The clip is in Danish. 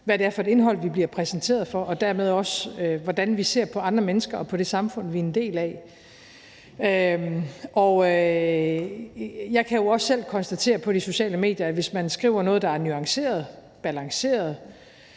hvad det er for et indhold, vi bliver præsenteret for, og dermed også, hvordan vi ser på andre mennesker og på det samfund, vi er en del af. Jeg kan jo også selv konstatere på de sociale medier, at hvis man skriver noget, der er nuanceret og balanceret